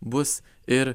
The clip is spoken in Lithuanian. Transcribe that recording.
bus ir